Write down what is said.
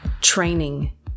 training